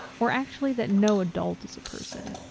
or actually that no adult is a person,